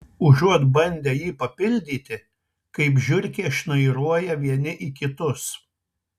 užuot bandę jį papildyti kaip žiurkės šnairuoja vieni į kitus